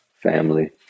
family